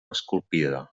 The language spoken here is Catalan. esculpida